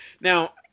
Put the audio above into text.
Now